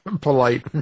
Polite